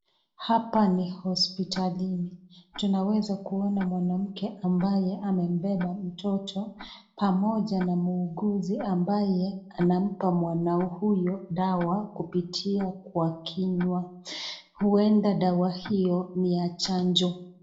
Hapa ni hospitalini. Tunaweza kuona mwanamke ambaye amembeba mtoto pamoja na muuguzi ambaye anampa mwanao huyo dawa kupitia kwa kinywa. Huenda dawa hiyo ni ya chanjo.